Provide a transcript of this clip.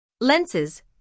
lenses